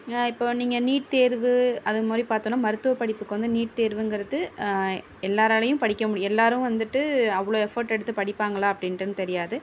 இப்போ நீங்கள் நீட் தேர்வு அது மாரி பார்த்தோன்னா மருத்துவ படிப்புக்கு வந்து நீட் தேர்வுங்கிறது எல்லாராலையும் படிக்க முடி எல்லாரும் வந்துவிட்டு அவ்வளோ எஃபோர்ட் எடுத்து படிப்பாங்களா அப்படின்ட்டுன் தெரியாது